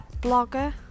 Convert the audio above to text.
blogger